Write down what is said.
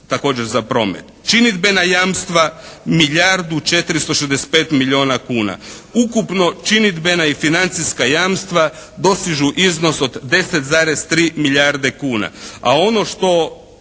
također za promet. Činidbena jamstva milijardu 465 milijuna kuna. Ukupno činidbena i financijska jamstva dostižu iznos od 10,3 milijarde kuna. A ono što